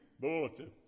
bulletin